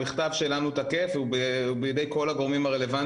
המכתב שלנו תקף והוא בידי כל הגורמים הרלוונטיים.